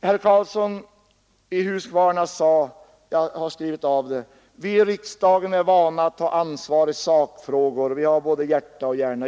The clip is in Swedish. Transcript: Jag har skrivit av vad herr Karlsson i Huskvarna sade: Vi i riksdagen är vana att ta ansvar i sakfrågor. Vi har både hjärta och hjärna.